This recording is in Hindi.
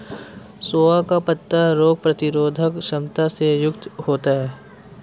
सोआ का पत्ता रोग प्रतिरोधक क्षमता से युक्त होता है